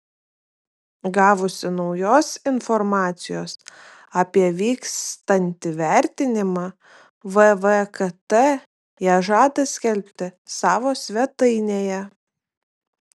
gavusi naujos informacijos apie vykstantį vertinimą vvkt ją žada skelbti savo svetainėje